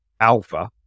alpha